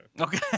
Okay